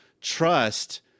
trust